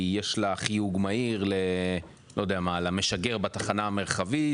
יש לה חיוג מהיר, לא יודע, למשגר בתחנה המרחבית?